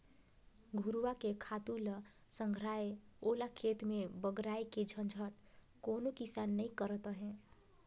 घुरूवा के खातू ल संघराय ओला खेत में बगराय के झंझट कोनो किसान नइ करत अंहे